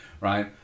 right